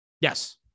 Yes